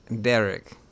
Derek